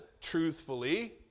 truthfully